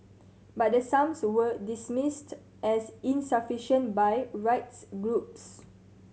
but the sums were dismissed as insufficient by rights groups